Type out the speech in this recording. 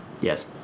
Yes